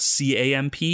CAMP